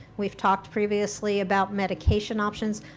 we've talked previously about medication options,